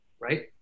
right